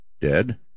dead